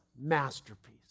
masterpiece